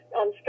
on